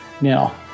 Now